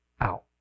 out